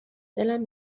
دلم